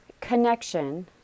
connection